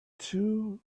two